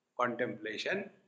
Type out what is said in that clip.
contemplation